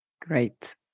Great